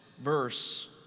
verse